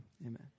Amen